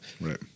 Right